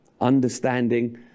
understanding